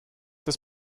des